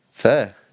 Fair